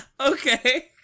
Okay